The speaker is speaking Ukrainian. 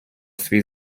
свій